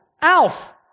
Alf